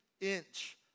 inch